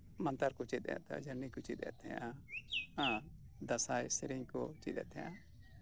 ᱢᱟᱱᱛᱟᱨ ᱠᱚ ᱪᱮᱫ ᱮᱫ ᱛᱟᱦᱮᱸᱱᱟ ᱡᱷᱟᱹᱨᱱᱤᱠᱚ ᱪᱮᱫᱮᱫ ᱛᱟᱦᱮᱸᱱᱟ ᱟᱨ ᱫᱟᱸᱥᱟᱭ ᱥᱮᱨᱮᱧ ᱠᱚ ᱪᱮᱫᱮᱫ ᱛᱟᱦᱮᱸᱱᱟ